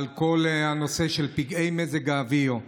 על כל הנושא של פגעי מזג האוויר.